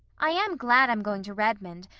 i am glad i'm going to redmond,